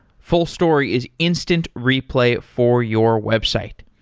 fullstory is instant replay for your website.